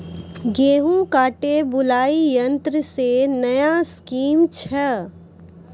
गेहूँ काटे बुलाई यंत्र से नया स्कीम छ?